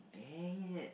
dang it